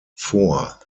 vor